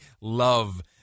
love